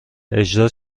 اجرا